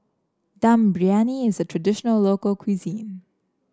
Dum Briyani is a traditional local cuisine